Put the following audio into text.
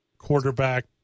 Quarterback